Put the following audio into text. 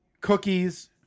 cookies